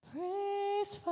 Praise